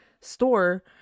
store